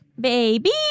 baby